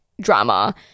drama